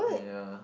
yeah